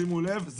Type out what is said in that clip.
שימו לב,